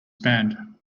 band